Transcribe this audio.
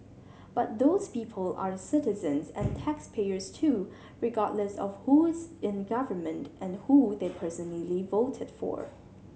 but those people are citizens and taxpayers too regardless of who's in government and who they personally voted for